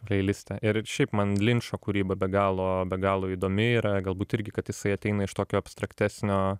pleiliste ir šiaip man linčo kūryba be galo be galo įdomi yra galbūt irgi kad jisai ateina iš tokio abstraktesnio